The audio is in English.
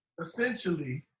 Essentially